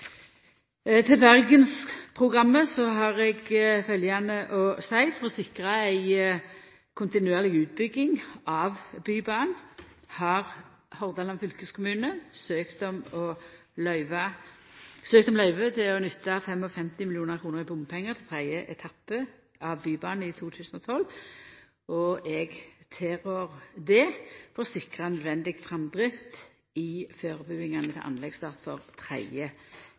gjeld Bergensprogrammet, har eg følgjande å seia: For å sikra ei kontinuerleg utbygging av Bybanen har Hordaland fylkeskommune søkt om løyve til å nytta 55 mill. kr i bompengar til tredje etappe av Bybanen i 2012. Eg tilrår det for å sikra nødvendig framdrift i førebuingane til anleggsstart for tredje